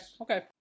Okay